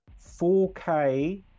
4K